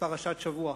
בפרשת השבוע,